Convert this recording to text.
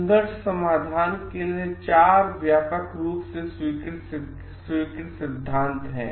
संघर्ष समाधान के लिए 4 व्यापक रूप से स्वीकृत सिद्धांत हैं